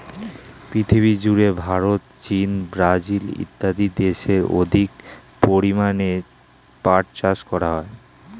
পৃথিবীজুড়ে ভারত, চীন, ব্রাজিল ইত্যাদি দেশে অধিক পরিমাণে পাট চাষ করা হয়